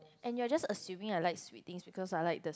and you are just assuming I like sweet things because I like the